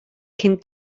cyn